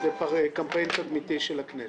זה קמפיין תדמיתי של הכנסת.